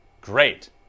great